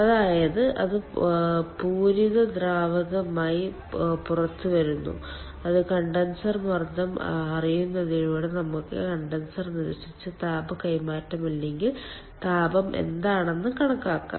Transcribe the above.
അതായത് അത് പൂരിത ദ്രാവകമായി പുറത്തുവരുന്നു അത് കണ്ടൻസർ മർദ്ദം അറിയുന്നതിലൂടെ നമുക്ക് കണ്ടൻസർ നിരസിച്ച താപ കൈമാറ്റം അല്ലെങ്കിൽ താപം എന്താണെന്ന് കണക്കാക്കാം